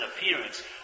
appearance